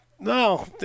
No